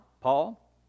Paul